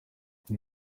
ati